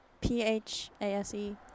P-H-A-S-E